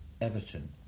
Everton